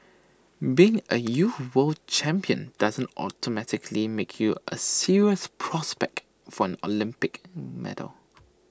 being A youth world champion doesn't automatically make you A serious prospect for an Olympic medal